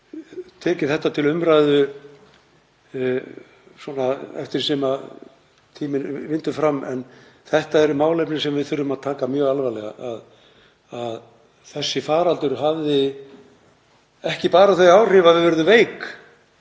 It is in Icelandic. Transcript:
tekið þetta til umræðu eftir því sem fram líða stundir. En þetta eru málefni sem við þurfum að taka mjög alvarlega. Þessi faraldur hafði ekki bara þau áhrif að við urðum veik